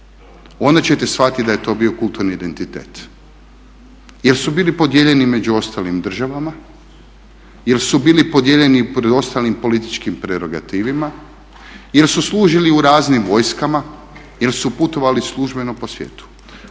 onda ćete shvatiti da je to bio kulturni identitet. Jer su bili podijeljeni među ostalim državama, jer su bili podijeljeni prema ostalim političkim prerogativima, jer su služili u raznim vojskama, jer su putovali službeno po svijetu.